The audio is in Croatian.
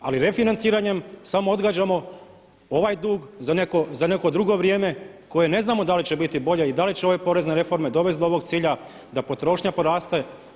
Ali refinanciranjem samo odgađamo ovaj dug. za neko drugo vrijeme koje ne znamo da li će biti bolje i da li će ove porezne reforme dovest do ovog cilja, da potrošnja poraste.